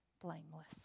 blameless